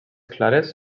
clares